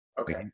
Okay